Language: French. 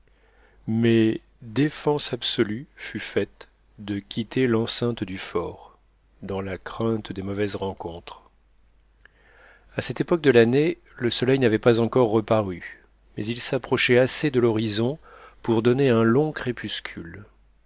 mais défense absolue fut faite de quitter l'enceinte du fort dans la crainte des mauvaises rencontres à cette époque de l'année le soleil n'avait pas encore reparu mais il s'approchait assez de l'horizon pour donner un long crépuscule